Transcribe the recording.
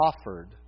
offered